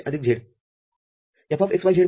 xy'z Fxyz M0